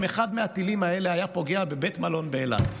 אם אחד מהטילים האלה היה פוגע בבית מלון באילת,